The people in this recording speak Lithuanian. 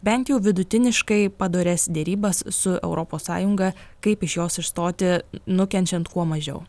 bent jau vidutiniškai padorias derybas su europos sąjunga kaip iš jos išstoti nukenčiant kuo mažiau